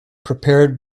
prepared